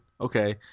okay